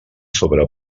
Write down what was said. sobre